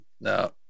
no